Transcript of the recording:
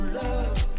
love